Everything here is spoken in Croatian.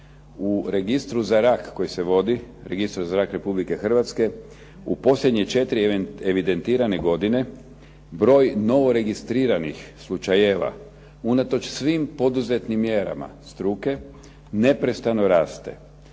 U registru za rak koji se vodi, registar za rak Republike Hrvatske, u posljednje četiri evidentirane godine broj novoregistriranih slučajeva unatoč svim poduzetim mjerama struke neprestano raste,